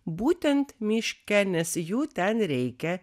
būtent miške nes jų ten reikia